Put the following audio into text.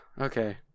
okay